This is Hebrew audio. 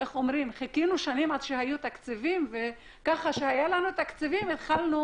חיכינו שנים עד שהיו תקציבים ככה שכשהיו תקציבים התחלנו